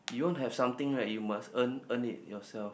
you want have something right you must earn earn it yourself